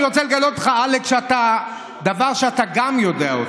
אני רוצה לגלות לך, אלכס, דבר שאתה גם יודע אותו: